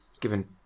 given